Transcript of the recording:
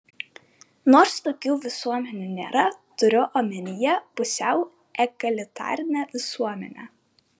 nors tokių visuomenių nėra turiu omenyje pusiau egalitarinę visuomenę